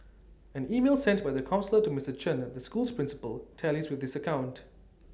an email sent by the counsellor to Mister Chen the school's principal tallies with this account